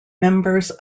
members